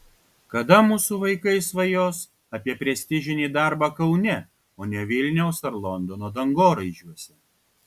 kada mūsų vaikai svajos apie prestižinį darbą kaune o ne vilniaus ar londono dangoraižiuose